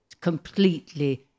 completely